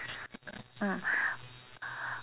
uh